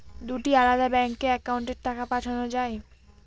দুটি আলাদা ব্যাংকে অ্যাকাউন্টের টাকা পাঠানো য়ায়?